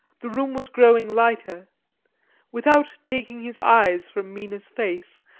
the room was growing lighter without taking his eyes from mina's face,